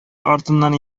артыннан